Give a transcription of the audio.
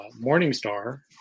Morningstar